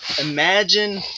Imagine